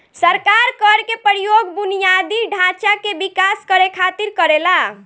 सरकार कर के प्रयोग बुनियादी ढांचा के विकास करे खातिर करेला